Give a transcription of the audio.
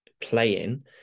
playing